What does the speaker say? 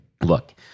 Look